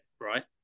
right